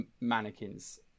mannequins